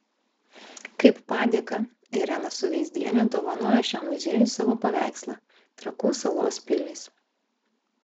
kaip padėką irena suveizdienė dovanojo šiam muziejui savo paveikslą trakų salos pilys